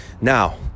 Now